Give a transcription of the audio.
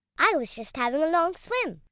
i was just having a long swim!